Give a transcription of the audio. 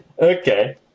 Okay